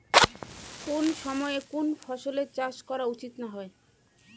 কুন সময়ে কুন ফসলের চাষ করা উচিৎ না হয়?